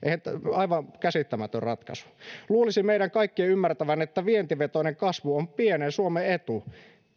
aivan käsittämätön ratkaisu luulisi meidän kaikkien ymmärtävän että vientivetoinen kasvu on pienen suomen etu